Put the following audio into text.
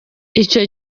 icyo